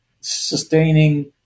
Sustaining